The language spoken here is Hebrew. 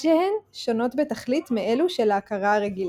שהן שונות בתכלית מאלו של ההכרה הרגילה.